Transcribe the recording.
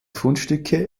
fundstücke